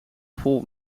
vol